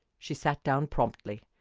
she sat down promptly.